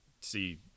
see